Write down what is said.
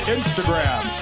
Instagram